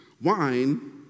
Wine